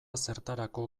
zertarako